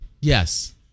Yes